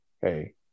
hey